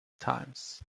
times